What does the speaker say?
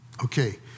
Okay